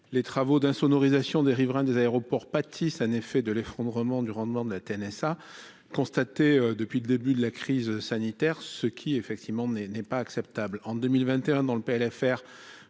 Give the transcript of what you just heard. Les travaux d'insonorisation des riverains des aéroports pâtissent de l'effondrement du rendement de la TNSA depuis le début de la crise sanitaire, ce qui n'est pas acceptable.